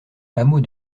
hameau